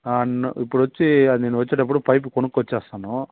ఇప్పుడు వచ్చి నేను వచ్చేటప్పుడు పైపు కొనుక్కుని వచ్చేస్తాను